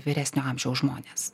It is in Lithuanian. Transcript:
vyresnio amžiaus žmonės